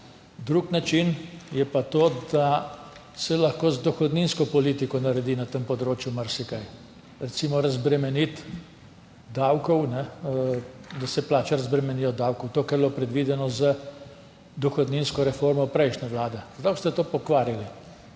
Drug način je pa to, da se lahko z dohodninsko politiko naredi na tem področju marsikaj, recimo razbremeniti davkov, da se plače razbremenijo davkov, to, kar je bilo predvideno z dohodninsko reformo prejšnje vlade. Zdaj boste to pokvarili.